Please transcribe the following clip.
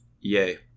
Yay